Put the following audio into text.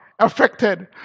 Affected